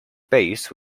base